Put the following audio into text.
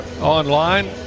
online